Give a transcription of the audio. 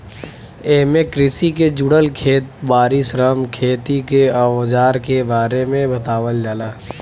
एमे कृषि के जुड़ल खेत बारी, श्रम, खेती के अवजार के बारे में बतावल जाला